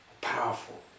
powerful